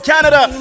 Canada